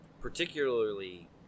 particularly